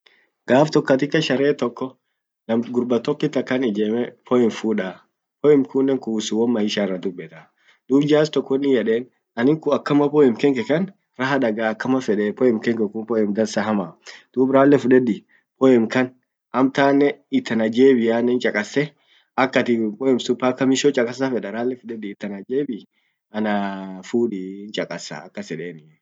gaf tok katika sharehe tokko, nam gurba tokkit akan ijeme poem fudaa, poem kunnen kuhusu won maisha irra dubetaa. Dub jars tok wonin yeden anin kun akama poem kenke kan raha dagaa, akama fedee poem kenke kun poem dansa hama, dub ralle fudedi poem kan amtanen it ana jebi annen cchakase akatin poem sun paka misho cchakasa feda ralle fudedi it ana jebi ana, hesitation >